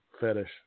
fetish